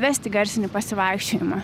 vesti garsinį pasivaikščiojimą